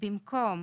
במקום